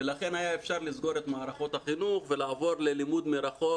ולכן היה אפשר לסגור את מערכות החינוך ולעבור ללימוד מרחוק,